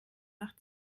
nach